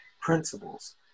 principles